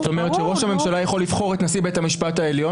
ראש הממשלה יכול לבחור את נשיא בית המשפט העליון